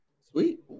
Sweet